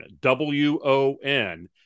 W-O-N